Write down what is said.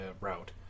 route